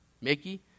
Mickey